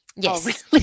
Yes